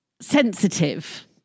sensitive